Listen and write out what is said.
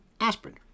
aspirin